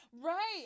right